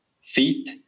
feet